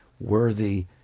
worthy